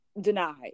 denied